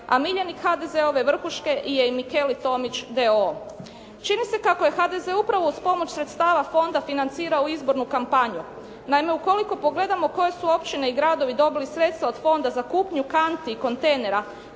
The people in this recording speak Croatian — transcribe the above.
a miljenik HDZ-ove vrške je i «Mikeli Tomić» d.o.o. Čini se kako je HDZ upravo uz pomoć sredstava Fonda financirao u izbornu kampanju. Naime ukoliko pogledamo koje su općine i gradovi dobili sredstva od Fonda za kupnju kanti i kontejnera